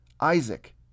Isaac